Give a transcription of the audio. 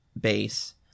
base